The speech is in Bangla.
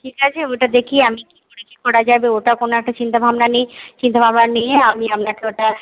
ঠিক আছে ওটা দেখি আমি কি করে কি করা যাবে ওটা কোন একটা চিন্তাভাবনা করি চিন্তাভাবনা করে আমি আপনাকে ওটা